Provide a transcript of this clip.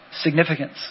significance